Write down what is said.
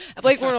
Blake